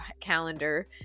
calendar